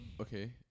Okay